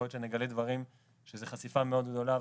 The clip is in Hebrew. יכול להיות שנגלה שזו חשיפה מאוד גדולה,